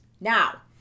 Now